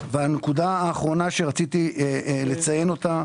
הנקודה האחרונה שרציתי לציין אותה,